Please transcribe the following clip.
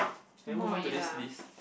I move on to this list